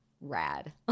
rad